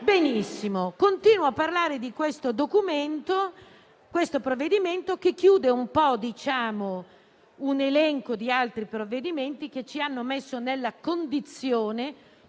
Benissimo, continuo a parlare di questo provvedimento che chiude un elenco di altri provvedimenti che ci hanno messo nella condizione,